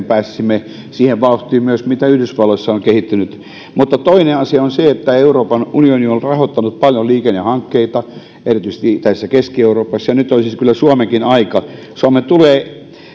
pääsisimme myös siihen vauhtiin mikä yhdysvalloissa on kehittynyt mutta toinen asia on se että euroopan unioni on rahoittanut paljon liikennehankkeita erityisesti itäisessä keski euroopassa ja nyt siis olisi kyllä suomenkin aika suomen tulee